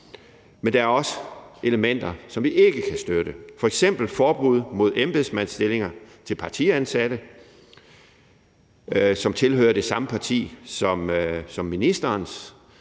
Men der er også elementer, som vi ikke kan støtte. Det er f.eks. forbud mod embedsmandsstillinger til partiansatte, som tilhører det samme parti som ministeren.